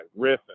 riffing